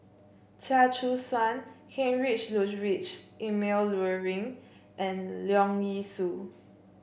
Chia Choo Suan Heinrich Ludwig Emil Luering and Leong Yee Soo